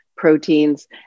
Proteins